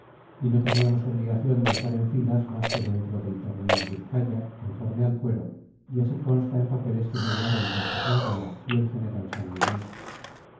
y no teníamos obligación de estar en filas más que dentro del terreno de vizcaya conforme a fuero y así consta en papeles que firmaron d josé arana y el general san miguel